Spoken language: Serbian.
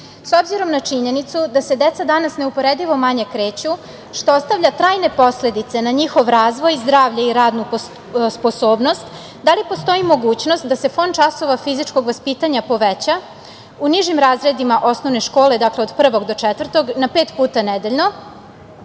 obzirom na činjenicu da se deca danas neuporedivo manje kreću, što ostavlja trajne posledice na njihov razvoj, zdravlje i radnu sposobnost, da li postoji mogućnost da se fond časova fizičkog vaspitanja poveća u nižim razredima osnovne škole, od prvog do četvrtog, na pet puta nedeljno,